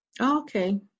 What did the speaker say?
Okay